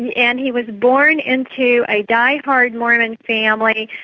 and and he was born into a diehard mormon family.